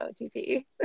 OTP